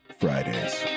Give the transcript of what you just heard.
fridays